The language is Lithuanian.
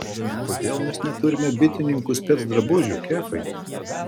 kodėl mes neturime bitininkų specdrabužių kefai